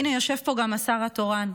והינה יושב פה גם השר התורן,